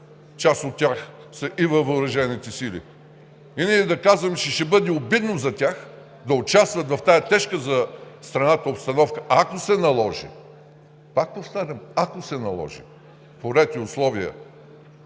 част от тях са и във въоръжените сили, и ние да казваме, че ще бъде обидно за тях да участват в тази тежка за страната обстановка, ако се наложи, пак повтарям, ако се наложи, по ред и условия.